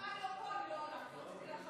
לא לכולם יש עור כמו שלי, כמו של פיל.